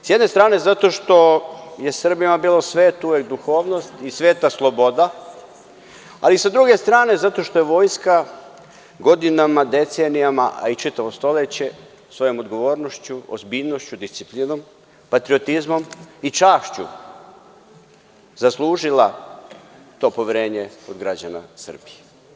Sa jedne strane zato što je Srbima bila sveta uvek duhovnost i sveta sloboda, ali sa druge strane zato što je vojska, godinama, decenijama, a i čitavog stoleća svojom odgovornošću, ozbiljnošću, disciplinom, patriotizmom i čašću zaslužila to poverenje kod građana Srbije.